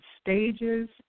stages